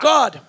God